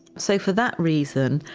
so for that reason,